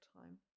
time